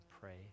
pray